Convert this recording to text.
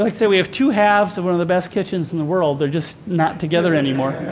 like so we have two halves of one of the best kitchens in the world. they're just not together anymore.